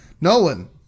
nolan